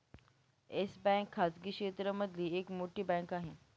yes bank खाजगी क्षेत्र मधली एक मोठी बँक आहे